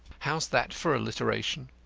how's that for alliteration?